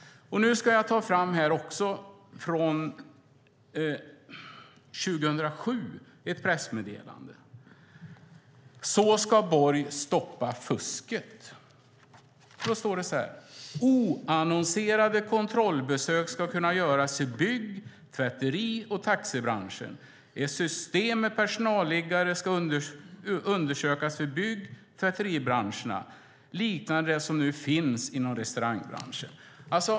Jag har här ett pressmeddelande från 2007. Där framgår hur Borg ska stoppa fusket. Det framgår vidare att oannonserade kontrollbesök ska kunna göras i bygg-, tvätteri och taxibranschen. System med personalliggare ska undersökas för bygg och tvätteribranscherna, liknande det som nu finns inom restaurangbranschen.